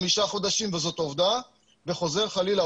חמישה חודשים וזאת עובדה וחוזר חלילה,